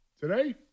Today